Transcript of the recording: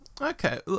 Okay